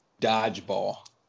Dodgeball